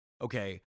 okay